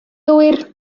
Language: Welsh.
gywir